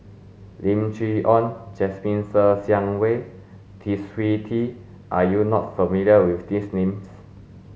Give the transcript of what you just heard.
Lim Chee Onn Jasmine Ser Xiang Wei Twisstii are you not familiar with these names